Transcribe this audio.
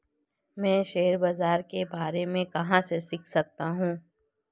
मैं शेयर बाज़ार के बारे में कहाँ से सीख सकता हूँ?